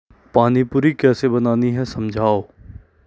पानीपूरी कैसे बनानी है समझाओ